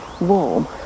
warm